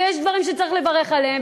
ויש דברים שצריך לברך עליהם,